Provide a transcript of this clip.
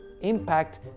impact